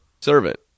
servant